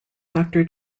doctor